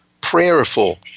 prayerful